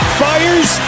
fires